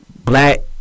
Black